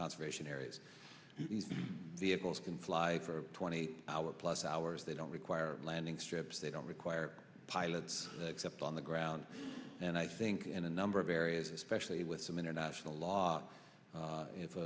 conservation areas vehicles can fly for twenty eight hours plus hours they don't require landing strips they don't require pilots except on the ground and i think in a number of areas especially with some international law